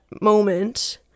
moment